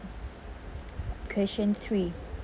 question three